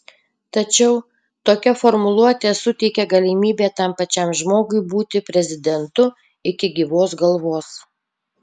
tačiau tokia formuluotė suteikia galimybę tam pačiam žmogui būti prezidentu iki gyvos galvos